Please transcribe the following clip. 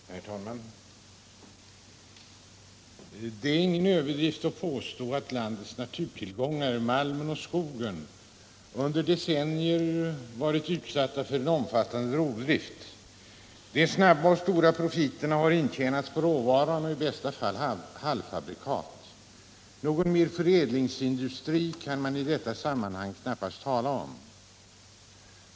Herr talman! Det är ingen överdrift att påstå att landets naturtillgångar —- malmen och skogen — under decennier varit utsatta för en omfattande rovdrift. De snabba och stora profiterna har intjänats på råvaran och i bästa fall på halvfabrikat. Någon mer förädlingsindustri kan man i detta sammanhang knappast tala om.